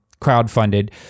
crowdfunded